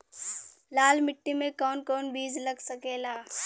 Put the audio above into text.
लाल मिट्टी में कौन कौन बीज लग सकेला?